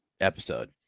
episode